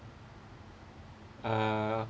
ah